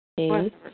Okay